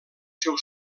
seu